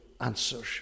answers